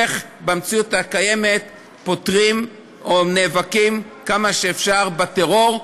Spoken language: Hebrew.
איך במציאות הקיימת נאבקים כמה שאפשר בטרור,